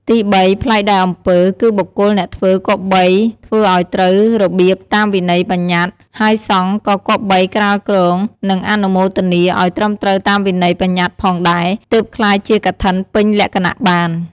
ទីបី ប្លែកដោយអំពើ គឺបុគ្គលអ្នកធ្វើគប្បីធ្វើឱ្យត្រូវរបៀបតាមវិន័យបញ្ញត្តិ ហើយសង្ឃក៏គប្បីក្រាលគ្រង និងអនុមោទនាឱ្យត្រឹមត្រូវតាមវិន័យប្បញ្ញត្តិផងដែរ ទើបក្លាយជាកឋិនពេញលក្ខណៈបាន។